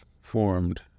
formed